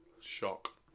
Shock